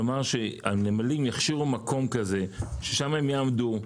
כלומר שהנמלים יכשירו מקום ששם יעמדו?